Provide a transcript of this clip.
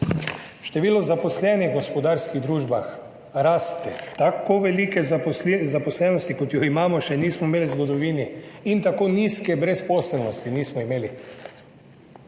Število zaposlenih v gospodarskih družbah raste. Tako velike zaposlenosti, kot jo imamo, še nismo imeli v zgodovini, in tako nizke brezposelnosti še nismo imeli.